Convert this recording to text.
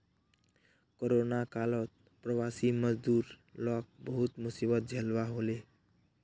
corona कालत प्रवासी मजदूर लाक बहुत मुसीबत झेलवा हले